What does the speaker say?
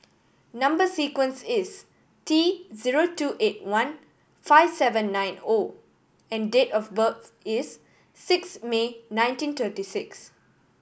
number sequence is T zero two eight one five seven nine O and date of birth is six May nineteen thirty six